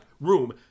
room